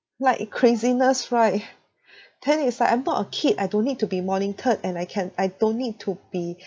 like craziness right then it's like I'm not a kid I don't need to be monitored and I can I don't need to be